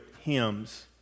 hymns